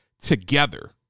together